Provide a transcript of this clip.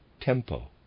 tempo